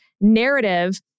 narrative